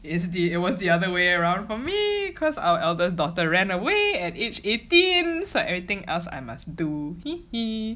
it's the it was the other way around for me because our eldest daughter ran away at age eighteen so everything else I must do